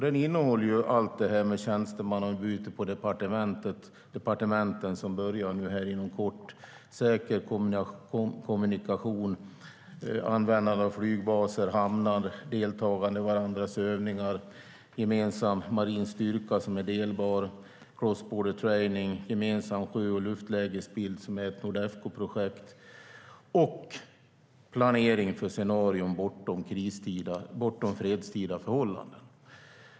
Den innehåller allt när det gäller tjänstemannaombyte på departementen som börjar inom kort, säker kommunikation, användande av flygbaser och hamnar, deltagande i varandras övningar, gemensam marin styrka som är delbar, cross-border training, gemensam sjö och luftlägesbild - som är ett Nordefcoprojekt - och planering för scenarier bortom fredstida förhållanden.